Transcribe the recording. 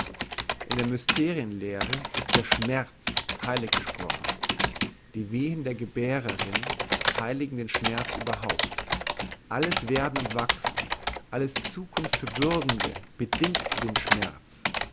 in der mysterienlehre ist der schmerz heilig gesprochen die wehen der gebärerin heiligen den schmerz überhaupt alles werden und wachsen alles zukunft verbürgende bedingt den schmerz